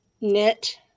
knit